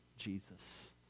Jesus